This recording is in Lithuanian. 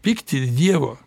pykti dievo